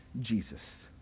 Jesus